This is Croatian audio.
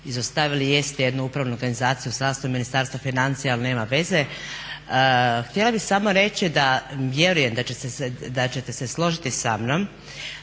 izostavili jeste jednu upravu …/Govornik se ne razumije./… u sastavu Ministarstva financija ali nema veze. Htjela bih samo reći da vjerujem da ćete se složiti samnom